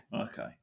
Okay